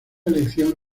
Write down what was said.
elección